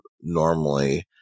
normally